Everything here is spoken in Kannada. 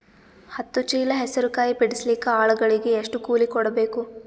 ಹತ್ತು ಚೀಲ ಹೆಸರು ಕಾಯಿ ಬಿಡಸಲಿಕ ಆಳಗಳಿಗೆ ಎಷ್ಟು ಕೂಲಿ ಕೊಡಬೇಕು?